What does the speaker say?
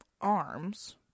arms